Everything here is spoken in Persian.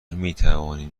میتوانیم